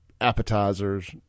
appetizers